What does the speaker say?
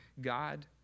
God